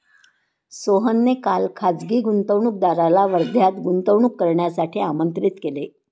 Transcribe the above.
सोहनने काल खासगी गुंतवणूकदाराला वर्ध्यात गुंतवणूक करण्यासाठी आमंत्रित केले